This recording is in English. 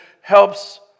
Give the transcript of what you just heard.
helps